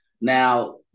Now